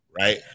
right